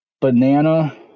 Banana